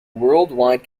worldwide